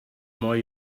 more